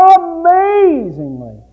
amazingly